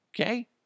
Okay